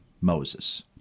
moses